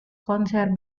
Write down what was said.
konser